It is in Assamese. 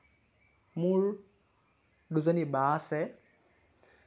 মোৰ দুজনী বা আছে